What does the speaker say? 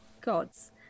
gods